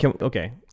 Okay